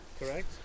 Correct